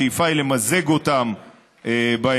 השאיפה היא למזג אותן בהמשך,